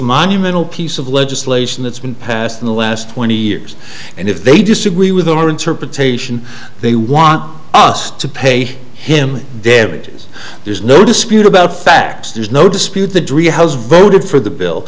monumental piece of legislation that's been passed in the last twenty years and if they disagree with our interpretation they want us to pay him dead bodies there's no dispute about facts there's no dispute the driehaus voted for the bill